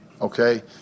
okay